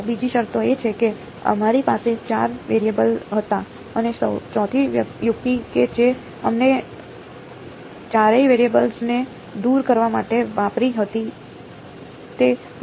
બીજી શરત એ છે કે અમારી પાસે ચાર વેરિયેબલ હતા અને ચોથી યુક્તિ કે જે અમે ચારેય વેરીએબલ્સ ને દૂર કરવા માટે વાપરી હતી તે હતી